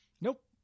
nope